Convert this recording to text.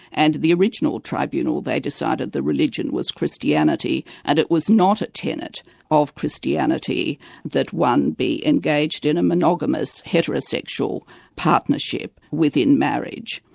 and the original tribunal, they decided the religion was christianity and it was not a tenet of christianity that one be engaged in a monogamous heterosexual partnership within marriage.